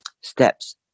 steps